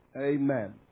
Amen